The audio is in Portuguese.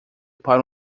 para